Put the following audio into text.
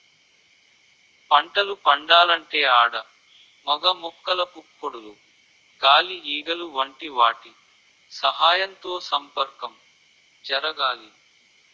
పంటలు పండాలంటే ఆడ మగ మొక్కల పుప్పొడులు గాలి ఈగలు వంటి వాటి సహాయంతో సంపర్కం జరగాలి